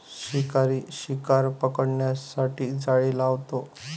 शिकारी शिकार पकडण्यासाठी जाळे लावतो